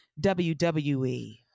WWE